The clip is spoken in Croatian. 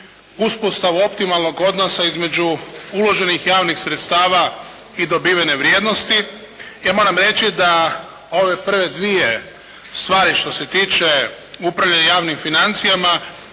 uspostavu optimalnog odnosa između uloženih javnih sredstava i dobivene vrijednosti. Ja moram reći da ove prve dvije stvari što se tiče upravljanja javnim financijama